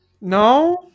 No